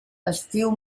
estiu